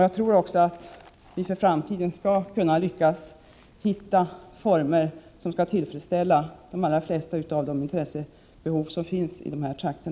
Jag tror också att vi för framtiden skall kunna lyckas hitta former som skall tillfredsställa de allra flesta av de intressen som finns i dessa trakter.